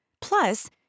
plus